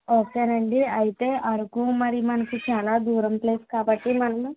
ఓకేనండి అయితే అరకు మరి మనకి చాలా దూరం ప్లేస్ కాబట్టి మనము